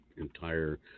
entire